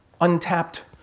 untapped